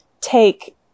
take